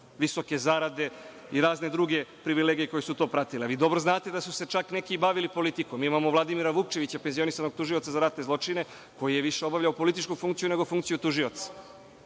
visoke zarade i razne druge privilegije koje su to pratile. Vi dobro znate da su se čak neki bavili i politikom. Imamo Vladimira Vukčevića, penzionisanog tužioca za ratne zločine, koji je više obavljao političku funkciju nego funkciju tužioca.